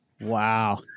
Wow